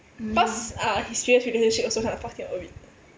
cause uh his previous relationship also kind of